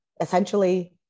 essentially